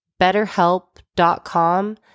betterhelp.com